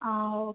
ആ ഓ